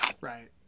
Right